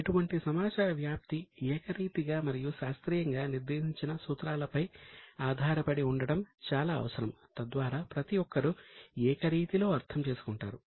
ఇటువంటి సమాచార వ్యాప్తి ఏకరీతిగా మరియు శాస్త్రీయంగా నిర్దేశించిన సూత్రాలపై ఆధారపడి ఉండటం చాలా అవసరం తద్వారా ప్రతి ఒక్కరూ ఏకరీతిలో అర్థం చేసుకుంటారు